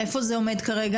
דע איפה זה עומד כרגע?